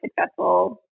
successful